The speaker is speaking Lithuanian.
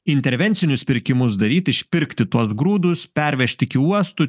intervencinius pirkimus daryti išpirkti tuos grūdus pervežti iki uostų